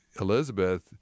Elizabeth